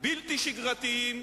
בלתי שגרתיים,